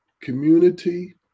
community